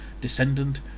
descendant